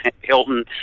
Hilton